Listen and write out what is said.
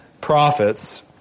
prophets